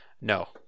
No